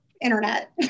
internet